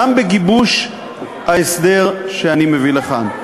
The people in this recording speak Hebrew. גם בגיבוש ההסדר שאני מביא לכאן.